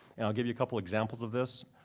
and i'll give you a couple examples of this.